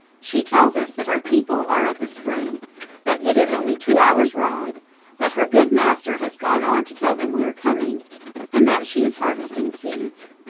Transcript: she tells us that her people are at the spring that it is only two hours' ride that her good master has gone on to tell them we are coming and that she is harvesting seeds.